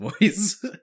voice